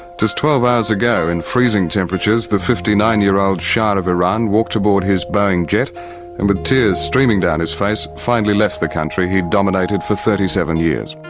just twelve hours ago, in freezing temperatures, the fifty nine year old shah of iran walked aboard his boeing jet and with tears streaming down his face, finally left the country he'd dominated for thirty seven years.